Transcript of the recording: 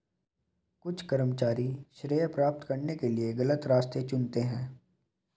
कुछ कर्मचारी श्रेय प्राप्त करने के लिए गलत रास्ते चुनते हैं